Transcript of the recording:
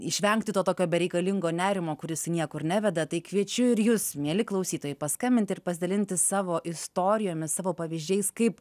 išvengti to tokio bereikalingo nerimo kuris į niekur neveda tai kviečiu ir jus mieli klausytojai paskambinti ir pasidalinti savo istorijomis savo pavyzdžiais kaip